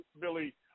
Billy